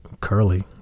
curly